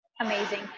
Amazing